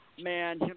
man